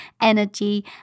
energy